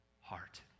heart